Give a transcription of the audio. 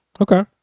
Okay